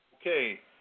Okay